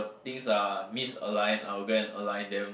things are misaligned I will go and align them